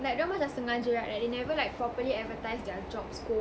like dia orang macam sengaja right like they never like properly advertise their job scope